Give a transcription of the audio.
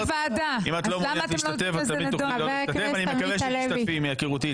אם את לא מעוניינת להשתתף את תמיד תוכלי להיות משתתף,